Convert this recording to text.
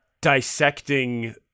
dissecting